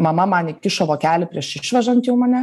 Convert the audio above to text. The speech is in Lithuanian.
mama man įkišo vokelį prieš išvežant jau mane